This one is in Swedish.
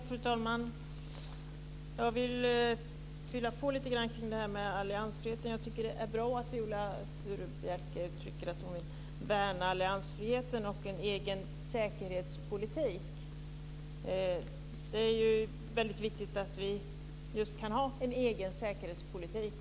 Fru talman! Jag vill fylla på lite grann när det gäller alliansfriheten. Det är bra att Viola Furubjelke vill värna alliansfriheten och en egen svensk säkerhetspolitik. Det är väldigt viktigt att vi kan ha just en egen säkerhetspolitik.